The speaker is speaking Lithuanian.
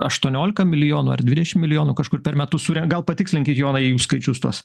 aštuoniolika milijonų ar dvidešim milijonų kažkur per metus suren gal patikslinkit jonai jūs skaičius tuos